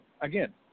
Again